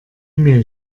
mail